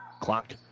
Clock